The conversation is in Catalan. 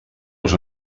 los